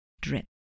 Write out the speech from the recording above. Drip